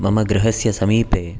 मम गृहस्य समीपे